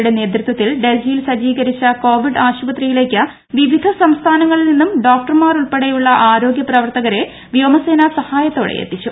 യുടെ നേതൃത്വത്തിൽ ഡൽഹിയിൽ സജ്ജീകരിച്ച കോവിഡ് ആശുപത്രിയിലേക്ക് വിവിധ സംസ്ഥാനങ്ങളിൽ നിന്നും ഡോക്ടർമാരുൾപ്പെടെയുള്ള ആരോഗ്യ പ്രവർത്തകരെ വ്യോമസേനാ സഹായത്തോടെ എത്തിച്ചു